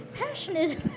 passionate